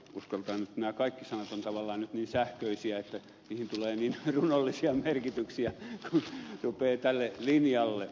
nämä kaikki sanat ovat tavallaan nyt niin sähköisiä että niihin tulee niin runollisia merkityksiä kun rupeaa tälle linjalle